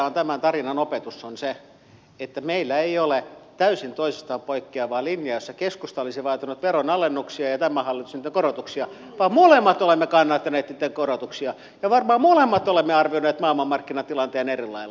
mutta tämän tarinan opetus on että meillä ei ole täysin toisistaan poikkeavaa linjaa jossa keskusta olisi vaatinut veronalennuksia ja tämä hallitus niitä korotuksia vaan molemmat olemme kannattaneet niitten korotuksia ja varmaan molemmat olemme arvioineet maailmanmarkkinatilanteen eri lailla